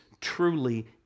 truly